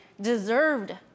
deserved